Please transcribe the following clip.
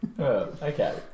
Okay